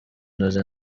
inoze